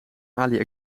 ali